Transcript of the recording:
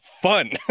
fun